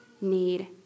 need